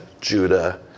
Judah